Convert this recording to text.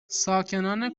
ساکنان